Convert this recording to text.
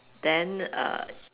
then err